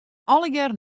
allegearre